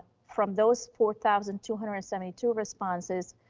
from those four thousand two hundred and seventy two responses.